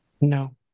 No